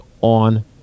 on